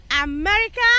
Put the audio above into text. america